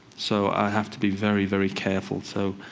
so i have to be very very careful. so